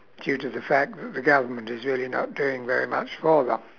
due to the fact that the government is really not doing very much for them